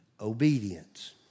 obedience